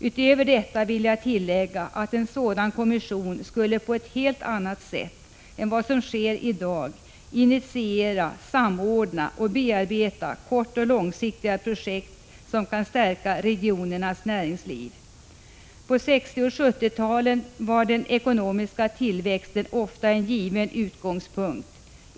Utöver detta vill jag tillägga att en sådan kommission skulle på ett helt annat sätt än vad som sker i dag initiera, samordna och bearbeta kortoch långsiktiga projekt som kan stärka regionernas näringsliv. På 1960 och 1970-talen var den ekonomiska tillväxten ofta en given utgångspunkt.